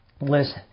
listen